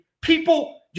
people